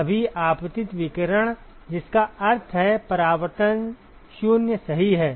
सभी आपतित विकिरण जिसका अर्थ है कि परावर्तन 0 सही है